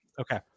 okay